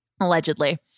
allegedly